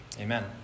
amen